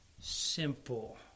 simple